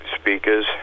speakers